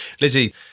Lizzie